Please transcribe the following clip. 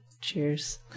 cheers